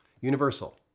Universal